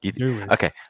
Okay